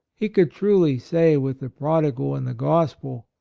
he could truly say with the prodigal in the gospel,